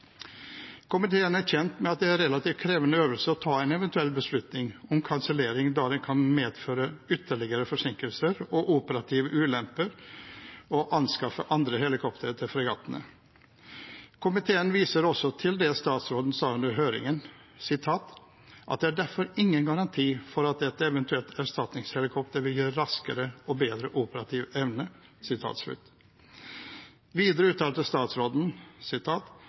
Komiteen er kjent med at det er en relativt krevende øvelse å ta en eventuell beslutning om kansellering, da det kan medføre ytterligere forsinkelser og operative ulemper å anskaffe andre helikoptre til fregattene. Komiteen viser også til det statsråden sa under høringen: det er derfor ingen garanti for at et eventuelt erstatningshelikopter vil gi raskere og bedre operativ evne.» Videre uttalte statsråden